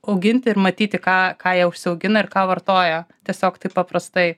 auginti ir matyti ką ką jie užsiaugina ir ką vartoja tiesiog taip paprastai